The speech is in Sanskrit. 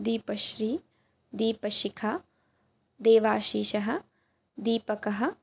दीपश्रीः दीपशिखा देवाशीषः दीपकः